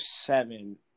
seven